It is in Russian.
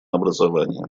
образование